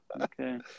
Okay